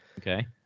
okay